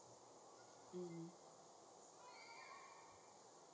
um